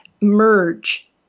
merge